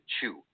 chew